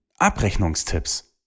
Abrechnungstipps